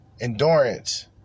endurance